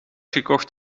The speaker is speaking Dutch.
gekocht